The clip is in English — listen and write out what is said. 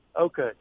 Okay